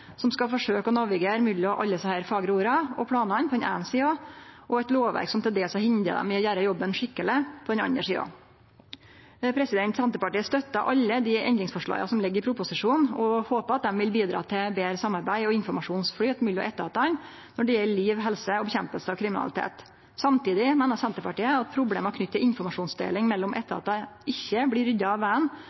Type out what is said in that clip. som skal forsøkje å navigere mellom alle desse fagre orda og planane på den eine sida, og eit lovverk som til dels har hindra dei i å gjera jobben skikkeleg, på den andre sida. Senterpartiet støttar alle dei endringsforslaga som ligg i proposisjonen, og håpar at dei vil bidra til betre samarbeid og informasjonsflyt mellom etatane når det gjeld liv, helse og kampen mot kriminalitet. Samtidig meiner Senterpartiet at problema knytte til informasjonsdeling mellom etatar ikkje blir rydda av